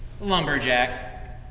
lumberjacked